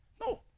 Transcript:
No